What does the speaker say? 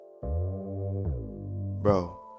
Bro